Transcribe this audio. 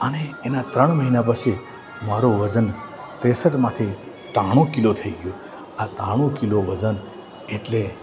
અને એના ત્રણ મહિના પછી મારો વજન ત્રેસઠમાંથી ત્રાણું કિલો થઈ ગયો આ ત્રાણું કિલો વજન એટલે